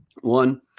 one